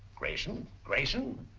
grayson? grayson?